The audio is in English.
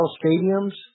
stadiums